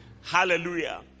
Hallelujah